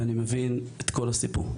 ואני מבין את כל הסיפור.